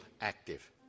active